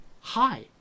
hi